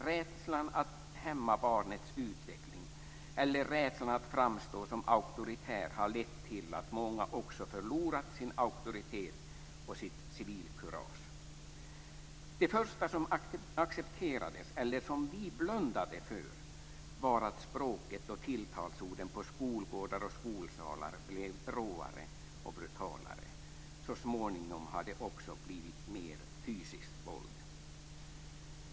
Rädslan att hämma barnets utveckling eller rädslan att framstå som auktoritär har lett till att många också förlorat sin auktoritet och sitt civilkurage. Det första som accepterades eller som vi blundade för var att språket och tilltalsorden på skolgårdar och i skolsalar blev råare och brutalare. Så småningom har det också blivit mer fysiskt våld.